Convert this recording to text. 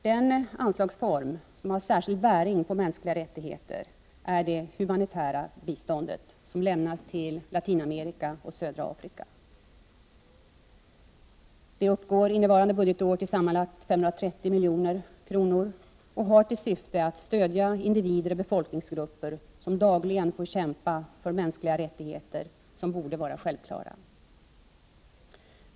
Den anslagsform som har särskild bäring på mänskliga rättigheter är det humanitära bistånd som lämnas till Latinamerika och södra Afrika. Det uppgår innevarande budgetår till sammanlagt 530 milj.kr. och har till syfte att stödja individer och befolkningsgrupper, som dagligen får kämpa för mänskliga rättigheter som borde vara självklara.